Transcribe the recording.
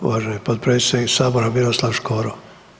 Uvaženi potpredsjednik Sabora Miroslav Škoro.